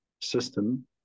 system